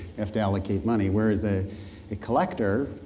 have to allocate money. whereas a a collector,